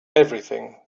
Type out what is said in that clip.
everything